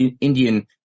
Indian